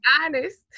honest